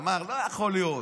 הוא אמר: לא יכול להיות,